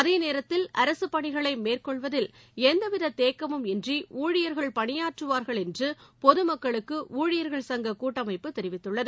அதேநேரத்தில் அரசுப் பணிகளை மேற்கொள்வதில் எந்தவித தேக்கமும் இன்றி ஊழியர்கள் பணியாற்றுவார்கள் என்று பொதுமக்களுக்கு ஊழியர்கள் சங்க கூட்டமைப்பு தெரிவித்துள்ளது